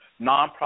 nonprofit